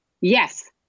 Yes